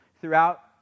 throughout